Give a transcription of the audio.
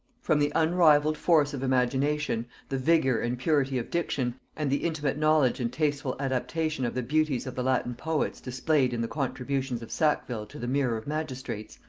from the unrivalled force of imagination, the vigor and purity of diction, and the intimate knowledge and tasteful adaptation of the beauties of the latin poets displayed in the contributions of sackville to the mirror of magistrates,